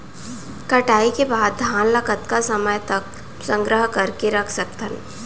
कटाई के बाद धान ला कतका समय तक संग्रह करके रख सकथन?